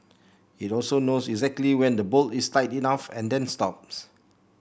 it also knows exactly when the bolt is tight enough and then stops